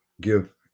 give